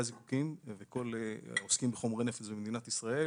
הזיזוקין וכל העוסקים בחומרי נפץ במדינת ישראל.